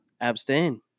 abstain